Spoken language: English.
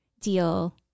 deal